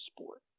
sport